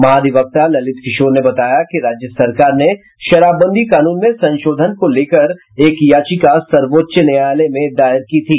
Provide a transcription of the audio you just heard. महाधिवक्ता ललित किशोर ने बताया कि राज्य सरकार ने शराबबंदी कानून में संशोधन को लेकर एक याचिका सर्वोच्च न्यायालय में दायर की थी